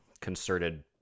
concerted